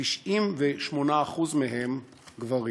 98% גברים.